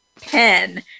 pen